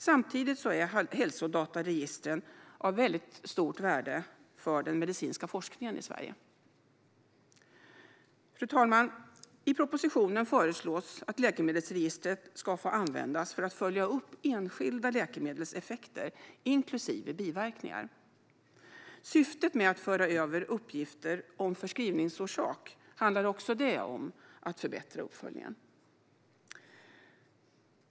Samtidigt är hälsodataregistren av stort värde för den medicinska forskningen i Sverige. Fru talman! I propositionen föreslås att läkemedelsregistret ska få användas för att följa upp enskilda läkemedels effekter, inklusive biverkningar. Syftet med att föra över uppgifter om förskrivningsorsak handlar också om att förbättra uppföljningen.